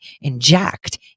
inject